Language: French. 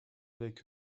avec